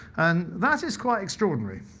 and that is quite extraordinary.